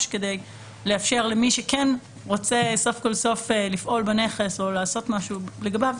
כדי לאפשר למי שכן רוצה סוף כל סוף לפעול בנכס או לעשות משהו לגביו